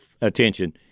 attention